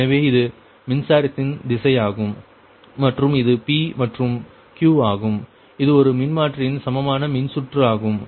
எனவே இது மின்சாரத்தின் திசை ஆகும் மற்றும் இது p மற்றும் q ஆகும் இது ஒரு மின்மாற்றியின் சமான மின்சுற்று ஆகும்